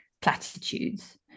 platitudes